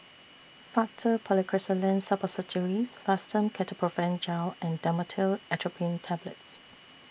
Faktu Policresulen Suppositories Fastum Ketoprofen Gel and Dhamotil Atropine Tablets